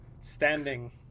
standing